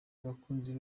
abakunzi